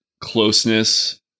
closeness